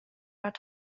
att